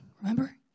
Remember